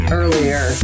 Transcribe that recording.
earlier